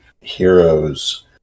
heroes